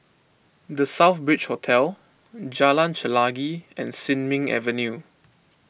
the Southbridge Hotel Jalan Chelagi and Sin Ming Avenue